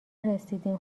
رسیدیم